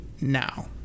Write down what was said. now